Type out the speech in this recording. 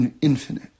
infinite